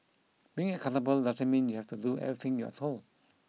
being accountable doesn't mean you have to do everything you're told